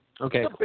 Okay